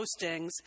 postings